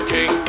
King